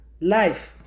Life